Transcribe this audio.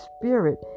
spirit